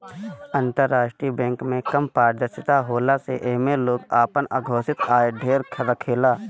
अंतरराष्ट्रीय बैंक में कम पारदर्शिता होखला से एमे लोग आपन अघोषित आय ढेर रखेला